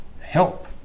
help